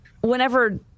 whenever